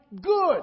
good